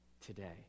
today